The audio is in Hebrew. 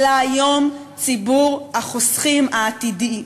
אלא היום ציבור החוסכים העכשווי,